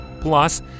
Plus